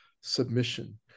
submission